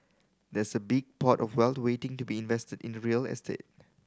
there's a big pot of wealth waiting to be invested in the real estate